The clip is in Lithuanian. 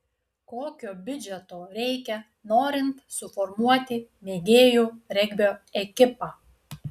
kokio biudžeto reikia norint suformuoti mėgėjų regbio ekipą